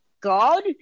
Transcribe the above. God